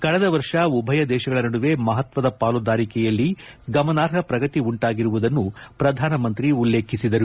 ಕಳೆದ ವರ್ಷ ಉಭಯ ದೇಶಗಳ ನಡುವೆ ಮಹತ್ವದ ಪಾಲುದಾರಿಕೆಯಲ್ಲಿ ಗಮನಾರ್ಹ ಪ್ರಗತಿ ಉಂಟಾಗಿರುವುದನ್ನು ಪ್ರಧಾನಮಂತ್ರಿ ಉಲ್ಲೇಖಿಸಿದರು